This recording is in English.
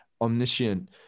omniscient